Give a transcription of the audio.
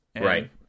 Right